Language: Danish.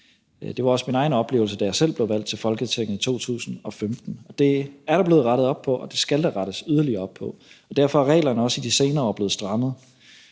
det var også min egen oplevelse, da jeg selv blev valgt til Folketinget i 2015 – og det er der blevet rettet op på, og det skal der rettes yderligere op på, og derfor er reglerne også i de senere år blevet strammet.